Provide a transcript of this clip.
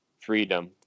freedom